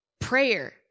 prayer